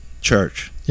church